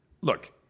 look